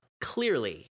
clearly